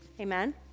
Amen